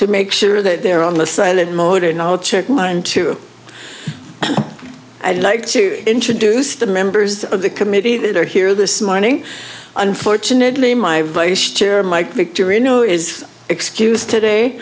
to make sure that they're on the silent mode and i'll check mine to i'd like to introduce the members of the committee that are here this morning unfortunately my vice chair mike vick to reno is excuse today